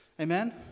Amen